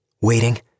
Waiting